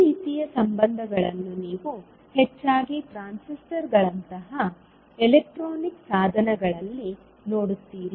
ಈ ರೀತಿಯ ಸಂಬಂಧಗಳನ್ನು ನೀವು ಹೆಚ್ಚಾಗಿ ಟ್ರಾನ್ಸಿಸ್ಟರ್ಗಳಂತಹ ಎಲೆಕ್ಟ್ರಾನಿಕ್ ಸಾಧನಗಳಲ್ಲಿ ನೋಡುತ್ತೀರಿ